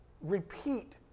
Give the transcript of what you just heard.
repeat